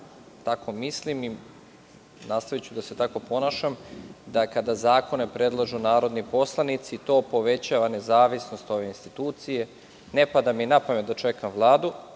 tako mislim i nastaviću da se tako ponašam da kada zakone predlažu narodni poslanici, to povećava nezavisnost ove institucije. Ne pada mi napamet da čekam Vladu,